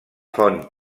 font